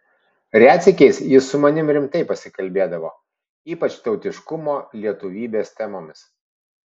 retsykiais jis su manimi rimtai pasikalbėdavo ypač tautiškumo lietuvybės temomis